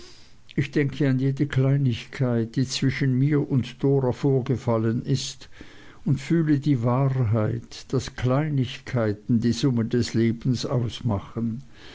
ich denke an jede kleinigkeit die zwischen mir und dora vorgefallen ist und fühle die wahrheit daß kleinigkeiten die summe des lebens ausmachen